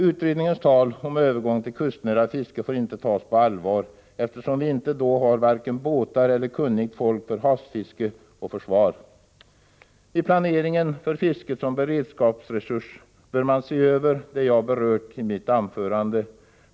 Utredningens tal om övergång till kustnära fiske får inte tas på allvar, eftersom vi då inte har vare sig båtar eller kunnigt folk för havsfiske och försvar. I planeringen för fisket som beredskapsresurs bör man se över det som jag har berört i mitt anförande.